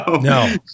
No